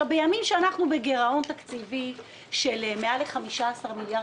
בימים שאנחנו בגירעון תקציבי של למעלה מ-15 מיליארד